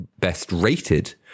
best-rated